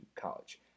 college